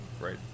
Right